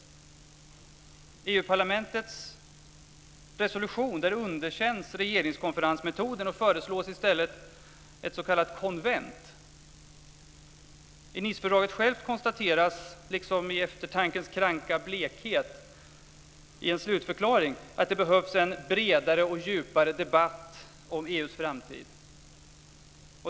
I EU-parlamentets resolution underkänns regeringskonferensmetoden. I stället föreslås ett s.k. konvent. I en slutförklaring i Nicefördraget konstateras, som i eftertankens kranka blekhet, att det behövs en bredare och djupare debatt om EU:s framtid.